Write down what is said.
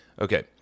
okay